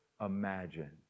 imagine